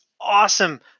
awesome